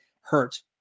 hurt